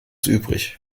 übrig